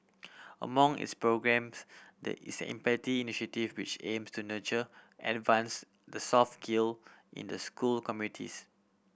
among its programmes the is Empathy Initiative which aims to nurture advance the soft skill in the school communities